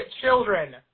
children